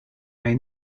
may